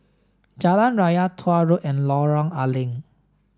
Jalan Raya Tuah Road and Lorong A Leng